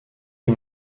die